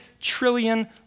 trillion